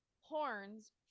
horns